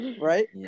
right